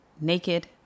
naked